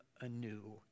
anew